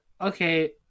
okay